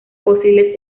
fósiles